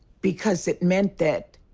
because it meant that